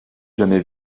jamais